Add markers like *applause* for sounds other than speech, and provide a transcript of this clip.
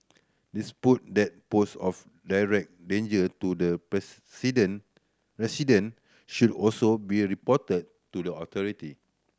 dispute that pose of direct danger to the *unintelligible* resident should also be reported to the authority